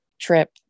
trip